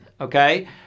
okay